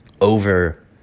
over